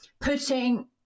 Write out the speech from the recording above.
putting